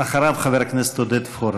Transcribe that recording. אחריו, חבר הכנסת עודד פורר.